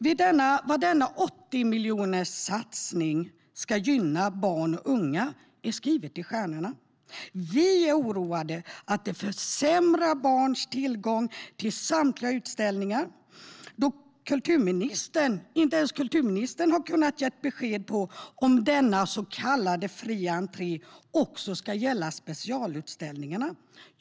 Hur den ska gynna barn och unga är skrivet i stjärnorna. Vi är oroade att den försämrar barns och ungas tillgång till samtliga utställningar, då inte ens kulturministern har kunnat ge besked om den så kallade fria entrén också ska gälla specialutställningarna.